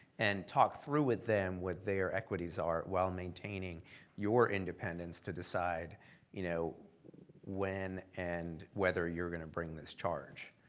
and talk through with them what their equities are while maintaining your independence to decide you know when and whether you're gonna bring this charge.